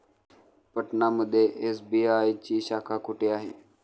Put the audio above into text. पटना मध्ये एस.बी.आय ची शाखा कुठे आहे?